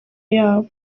yabo